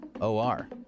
O-R